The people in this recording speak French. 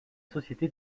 société